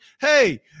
hey